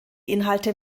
inhalte